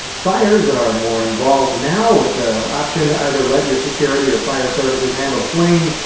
fires are more involved now, with the option to either let your security or fire services handle the flames,